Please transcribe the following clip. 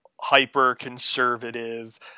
hyper-conservative